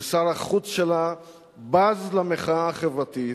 ששר החוץ שלה בז למחאה החברתית,